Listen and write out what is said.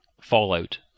fallout